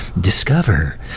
discover